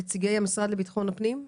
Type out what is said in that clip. נציגי המשרד לביטחון פנים,